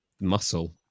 muscle